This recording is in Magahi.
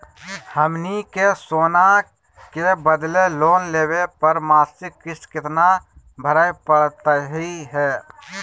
हमनी के सोना के बदले लोन लेवे पर मासिक किस्त केतना भरै परतही हे?